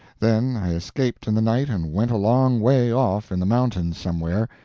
then i escaped in the night and went a long way off in the mountains somewhere,